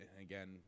Again